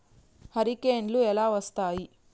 హరికేన్లు ఎలా వస్తాయి?